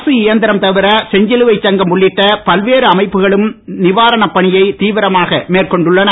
அரசு இயந்திரம் தவிர செஞ்சிலுவை சங்கம் உள்ளிட்ட பல்வேறு அமைப்புகளும் நீவாரணப் பணியை தீவிரமாக மேற்கொண்டுள்ளன